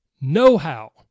know-how